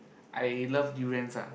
I love durians ah